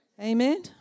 Amen